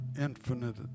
infinite